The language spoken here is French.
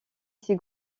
ces